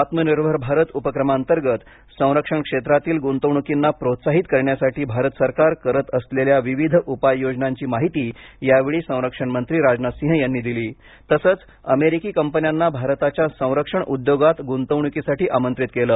आत्मनिर्भर भारत उपक्रमांतर्गत संरक्षण क्षेत्रातील गुंतवणुकींना प्रोत्साहित करण्यासाठी भारत सरकार करत असलेल्या विविध उपाययोजनांची माहिती यावेळी संरक्षणमंत्री राजनाथ सिंह यांनी दिली तसंच अमेरिकी कंपन्यांना भारताच्या संरक्षण उद्योगात गुंतवणुकीसाठी आमंत्रित केलं